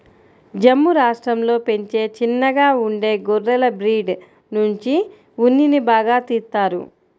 జమ్ము రాష్టంలో పెంచే చిన్నగా ఉండే గొర్రెల బ్రీడ్ నుంచి ఉన్నిని బాగా తీత్తారు